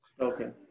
okay